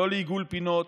לא לעיגול פינות.